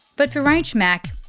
but for rach mac,